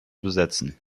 besetzen